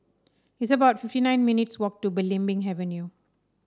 it's about fifty nine minutes' walk to Belimbing Avenue